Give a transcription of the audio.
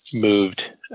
moved